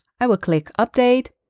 i will click update.